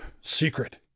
secret